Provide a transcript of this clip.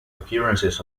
occurrences